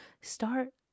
start